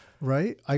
Right